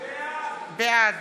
בעד